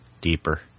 deeper